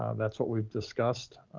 ah that's what we've discussed.